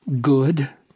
good